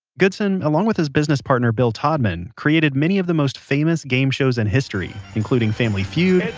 goodson, along with his business partner bill todman, created many of the most famous game shows in history, including family feud,